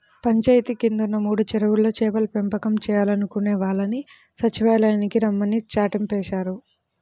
పంచాయితీ కిందున్న మూడు చెరువుల్లో చేపల పెంపకం చేయాలనుకునే వాళ్ళని సచ్చివాలయానికి రమ్మని చాటింపేశారు